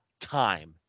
time